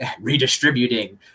redistributing